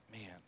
man